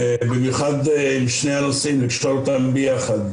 במיוחד עם שני הנושאים, לקשור אותם ביחד.